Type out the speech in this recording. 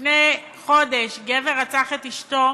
לפני חודש גבר רצח את אשתו.